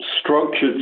structured